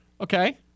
Okay